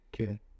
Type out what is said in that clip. okay